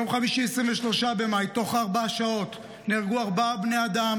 ביום חמישי 23 במאי בתוך ארבע שעות נהרגו ארבעה בני אדם